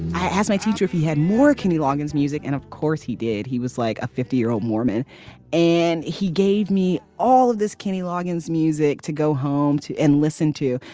it has my teacher if he had more kenny loggins music and of course he did he was like a fifty year old mormon and he gave me all of this kenny loggins music to go home to and listen to.